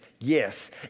Yes